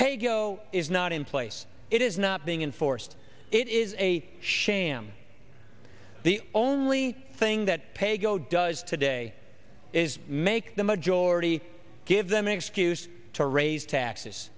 pay go is not in place it is not being enforced it is a sham the only thing that paygo does today is make the majority give them excuse to raise taxes